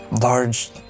Large